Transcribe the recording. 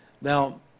Now